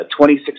26